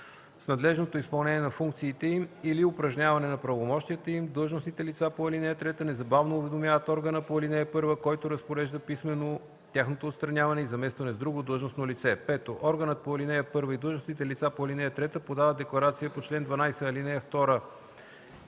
с надлежното изпълнение на функциите им или упражняване на правомощията им, длъжностните лица по ал. 3 незабавно уведомяват органа по ал. 1, който разпорежда писмено тяхното отстраняване и заместване с друго длъжностно лице. (5) Органът по ал. 1 и длъжностните лица по ал. 3 подават декларация по чл. 12, ал. 2